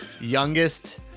Youngest